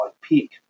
peak